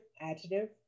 Adjective